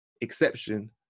exception